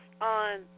on